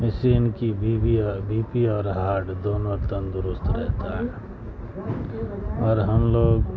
machine کی B B اور B P اور ہاڈ دونوں تندرست رہتا ہے اور ہم لوگ